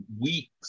weeks